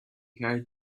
carried